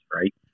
right